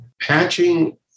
Patching